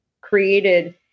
created